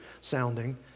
sounding